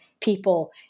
people